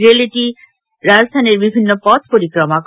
রেলীটি রাজধানীর বিভিন্ন পথ পরিক্রমা করে